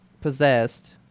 possessed